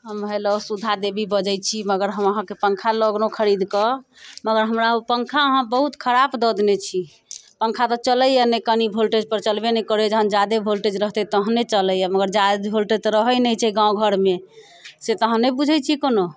हम हेलो सुधा देवी बजैत छी मगर हम अहाँकेँ पङ्खा लऽ गेलहुँ खरीदके मगर हमरा ओ पङ्खा अहाँ बहुत खराब दऽ देने छी पङ्खा तऽ चलैया नहि कनि वोल्टेज पर चलबै नहि करैया जहन जादे वोल्टेज रहतै तहने चलैया मगर जादे वोल्टेज तऽ रहैत नहि छै गाँव घरमे से तऽ अहाँ नहि बुझैत छियै कोनो